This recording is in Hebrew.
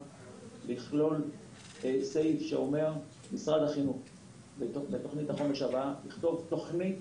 לכלול סעיף שאומר שמשרד החינוך יכתוב תוכנית